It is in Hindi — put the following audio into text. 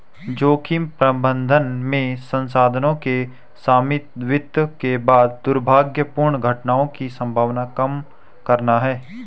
जोखिम प्रबंधन में संसाधनों के समन्वित के बाद दुर्भाग्यपूर्ण घटनाओं की संभावना कम करना है